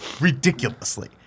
ridiculously